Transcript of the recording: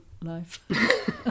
life